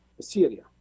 Syria